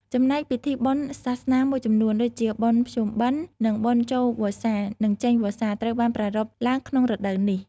ចំណែកពិធីបុណ្យសាសនាមួយចំនួន ដូចជា បុណ្យភ្ជុំបិណ្ឌ និង បុណ្យចូលវស្សា និង ចេញវស្សា ត្រូវបានប្រារព្ធឡើងក្នុងរដូវនេះ។